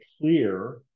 clear